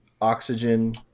oxygen